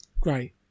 great